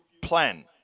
Plan